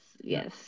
yes